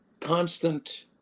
constant